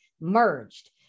merged